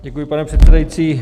Děkuji, pane předsedající.